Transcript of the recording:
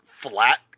flat